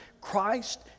Christ